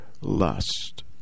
lust